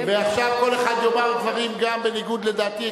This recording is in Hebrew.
ועכשיו כל אחד יאמר דברים גם בניגוד לדעתי,